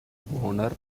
boner